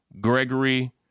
Gregory